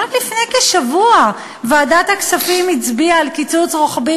רק לפני כשבוע ועדת הכספים הצביעה על קיצוץ רוחבי